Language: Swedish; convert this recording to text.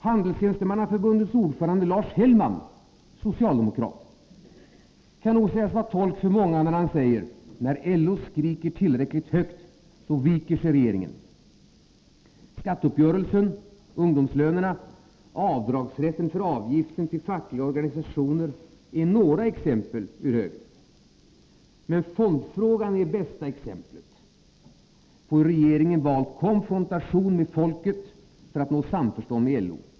Handelstjänstemannaförbundets ordförande Lars Hellman — socialdemokrat — kan nog sägas vara tolk för många, när han säger: ”När LO skriker tillräckligt högt viker sig regeringen.” Skatteuppgörelsen, ungdomslönerna, avdragsrätten för avgifter till fackliga organisationer är några exempel ur högen. Men fondfrågan är bästa exemplet på hur regeringen valt konfrontation med folket för att nå samförstånd med LO.